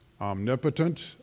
omnipotent